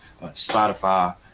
Spotify